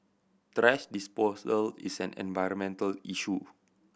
thrash disposal is an environmental issue